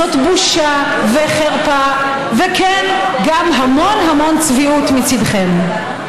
זאת בושה וחרפה, וכן, גם המון המון צביעות מצידכם.